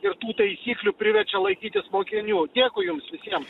ir tų taisyklių priverčia laikytis mokinių dėkui jums visiems